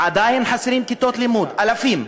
עדיין חסרות כיתות לימוד, אלפים.